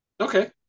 Okay